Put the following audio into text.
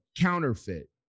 counterfeit